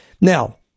Now